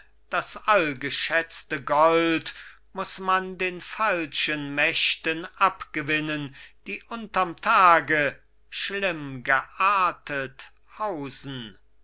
das allgeschätzte gold muß man den falschen mächten abgewinnen die unterm tage schlimmgeartet hausen